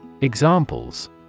examples